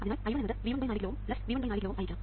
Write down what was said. അതിനാൽ I1 എന്നത് V1 4 kilo Ω V1 4 kilo Ω ആയിരിക്കണം